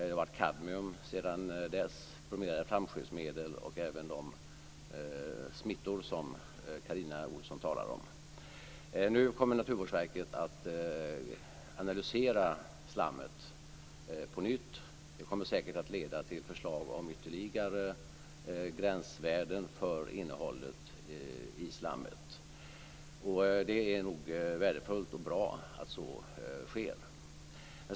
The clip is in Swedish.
Det har varit kadmium sedan dess, bromerade flamskyddsmedel och även de smittor som Carina Ohlsson talar om. Nu kommer Naturvårdsverket att analysera slammet på nytt. Det kommer säkert att leda till förslag om ytterligare gränsvärden för innehållet i slammet. Det är nog värdefullt och bra att så sker.